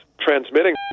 transmitting